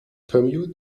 permute